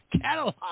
catalog